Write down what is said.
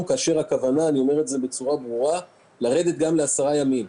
הכוונה היא לרדת גם לבידוד של 10 ימים.